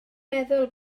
meddwl